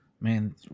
Man